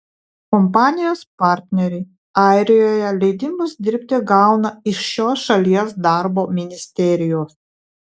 kompanijos partneriai airijoje leidimus dirbti gauna iš šios šalies darbo ministerijos